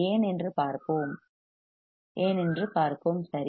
ஏன் என்று பார்ப்போம் ஏன் என்று பார்ப்போம் சரி